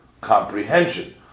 comprehension